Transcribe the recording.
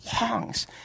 longs